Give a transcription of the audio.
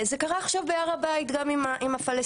זה קרה עכשיו בהר הבית גם עם הפלסטינים.